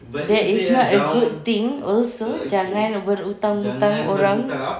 that is not a good thing also jangan berhutang-hutang orang